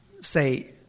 say